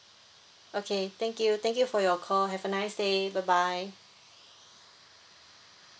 okay thank you thank you for your call have a nice day bye bye